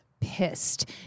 pissed